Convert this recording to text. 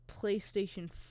PlayStation